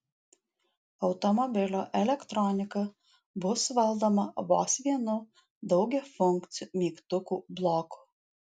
automobilio elektronika bus valdoma vos vienu daugiafunkciu mygtukų bloku